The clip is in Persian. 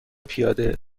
پیاده